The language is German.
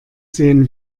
sehen